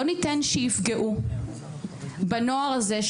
לא ניתן שיפגעו בנוער הזה,